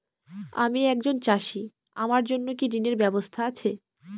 আমি একজন চাষী আমার জন্য কি ঋণের ব্যবস্থা আছে?